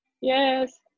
yes